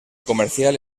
comercial